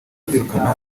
kwirukana